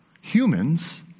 humans